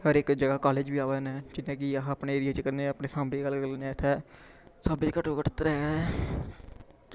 हर इक जगह कालेज़ बी अवा दे नै जियां कि अस अपने एरिये च करने आं अपने सांबे दी गल्ल करने आं सांबे च घट्टो घट त्रै